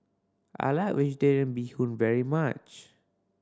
I like Vegetarian Bee Hoon very much